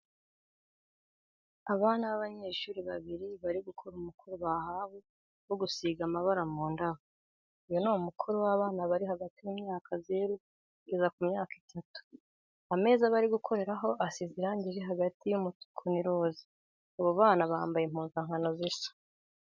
Abana b'abanyeshuri babiri bari gukora umukoro bahawe wo gusiga amabara mu ndabo. Uyu ni umukoro w'abana bari hagati y'imyaka zero kugeza ku myaka itatu. Ameza bari gukoreraho asize irange riri hagati y'umutuku n'iroza. Abo bana bambaye impuzankano zisa.